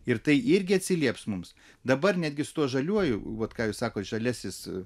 ir tai irgi atsilieps mums dabar netgi su tuo žaliuoju vot ką jūs sakote žaliasis